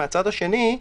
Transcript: מהצד השני,